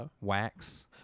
wax